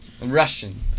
Russian